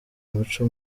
muco